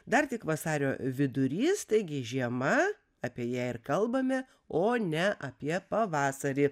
dar tik vasario vidurys taigi žiema apie ją ir kalbame o ne apie pavasarį